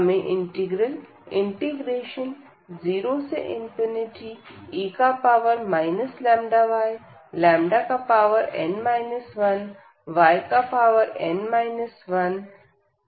हमें integral 0e λyn 1yn 1λdy मिलता है